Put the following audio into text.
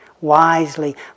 wisely